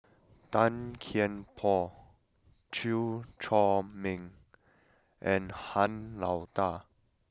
Tan Kian Por Chew Chor Meng and Han Lao Da